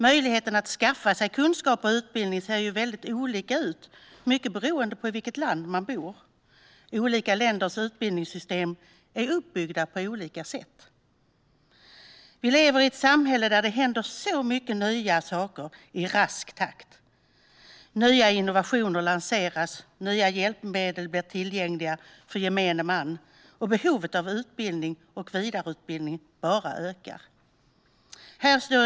Möjligheten att skaffa sig kunskap och utbildning ser väldigt olika ut, mycket beroende på i vilket land man bor. Olika länders utbildningssystem är uppbyggda på olika sätt. Vi lever i ett samhälle där det händer så mycket nya saker i rask takt. Nya innovationer lanseras, nya hjälpmedel blir tillgängliga för gemene man och behovet av utbildning och vidareutbildning bara ökar.